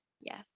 yes